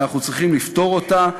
ואנחנו צריכים לפתור אותה.